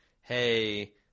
hey